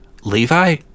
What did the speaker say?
Levi